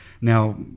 Now